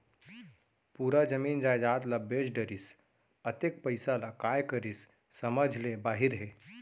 पूरा जमीन जयजाद ल बेच डरिस, अतेक पइसा ल काय करिस समझ ले बाहिर हे